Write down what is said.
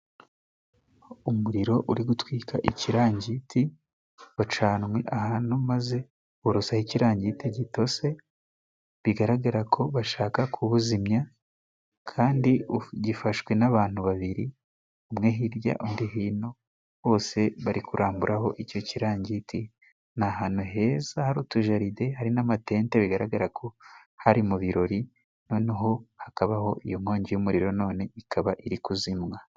Umuriro uri gutwika ikirangiti wacanwe ahantu maze borosa ikirangiti gitose, bigaragarako bashaka kuwuzimya kandi gifashwe n'abantu babiri umwe hirya undi hino bose bari kuramburaho icyo kirangiti. Ni ahantu heza hari utujaride, hari n'amatente bigaragarako hari mu birori noneho hakabaho iyo nkongi y'umuriro none ikaba iri kuzimwa.